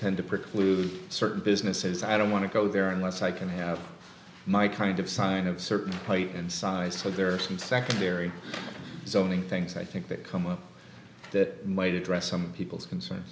tend to preclude certain businesses i don't want to go there unless i can have my kind of sign of certain height and size so there are some secondary zoning things i think that come up that way to address some people's concern